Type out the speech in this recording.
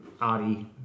arty